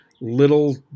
little